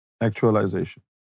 actualization